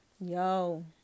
Yo